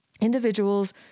individuals